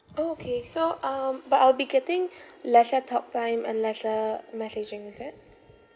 orh okay so um but I'll be getting lesser talk time and lesser messaging is it